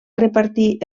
repartir